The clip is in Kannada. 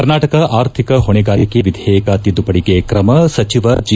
ಕರ್ನಾಟಕ ಆರ್ಥಿಕ ಹೊಣೆಗಾರಿಕೆ ವಿಧೇಯಕ ತಿದ್ದುಪಡಿಗೆ ತ್ರಮ ಸಚಿವ ಜೆ